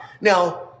Now